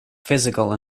physical